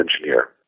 engineer